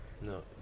No